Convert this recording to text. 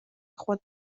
خود